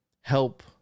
help